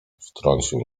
wtrącił